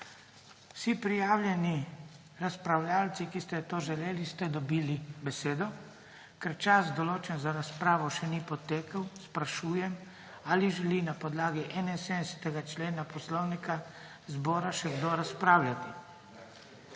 Vsi prijavljeni razpravljavci, ki ste to želeli, ste dobili besedo. Ker čas, določen za razpravo, še ni potekel, sprašujem, ali želi na podlagi 71. člena Poslovnika zbora še kdo razpravljati?